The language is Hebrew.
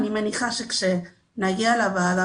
אני מניחה שכשנגיע לוועדה,